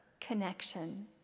connection